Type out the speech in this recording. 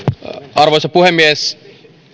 arvoisa puhemies